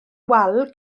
wal